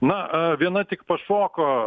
na viena tik pašoko